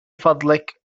فضلك